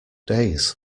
days